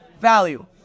value